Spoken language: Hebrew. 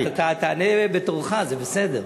רגע, תענה בתורך, זה בסדר.